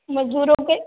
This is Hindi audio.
मजदूरों के